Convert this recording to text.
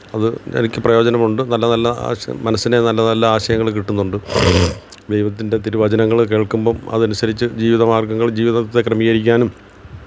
അത് എനിക്ക് പ്രയോജനമുണ്ട് നല്ല നല്ല ആശയം മനസ്സിനെ നല്ല നല്ല ആശയങ്ങൾ കിട്ടുന്നുണ്ട് ദൈവത്തിന്റെ തിരുവചനങ്ങൾ കേള്ക്കുമ്പം അതനുസരിച്ച് ജീവിതമാര്ഗ്ഗങ്ങള് ജീവിതത്തെ ക്രമീകരിക്കാനും